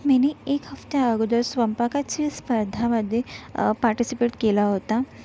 मीनी एक हफ्त्याअगोदर स्वयंपाकाच्या स्पर्धेमध्ये पार्टीसिपेट केलं होतं